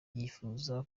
yifuza